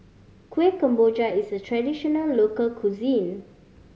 Kuih Kemboja is a traditional local cuisine